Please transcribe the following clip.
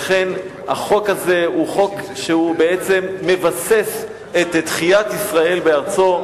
לכן החוק הזה הוא חוק שהוא בעצם מבסס את תחיית ישראל בארצו,